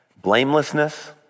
Blamelessness